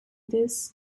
this